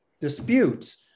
disputes